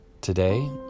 today